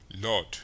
Lord